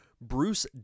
Bruce